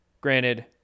granted